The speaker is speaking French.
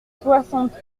soixante